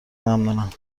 ممنونم